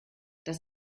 das